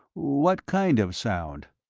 what kind of sound?